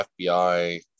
FBI